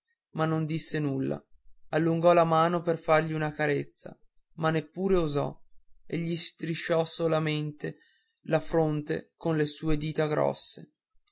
ma non disse nulla allungò la mano per fargli una carezza ma neppure osò e gli strisciò soltanto la fronte con le sue grosse